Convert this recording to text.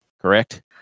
Correct